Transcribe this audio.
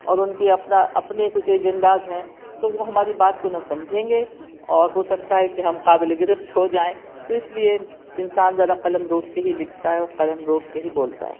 اور ان کے اپنا اپنے کچھ ایجنڈاز ہیں تو وہ ہماری بات کو نہ سمجھیں گے اور ہو سکتا ہے کہ ہم قابل گرفت ہو جائیں تو اسلئے انسان ذرا قلم روک کے ہی لکھتا ہے اور قلم روک کے ہی بولتا ہے